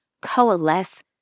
coalesce